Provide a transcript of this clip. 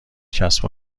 کسب